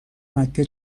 مکه